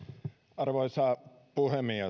arvoisa puhemies